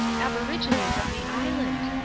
aborigines of the island.